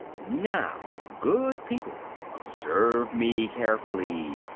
now, good people, observe me carefully.